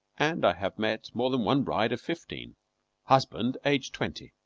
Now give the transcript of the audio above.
and i have met more than one bride of fifteen husband aged twenty.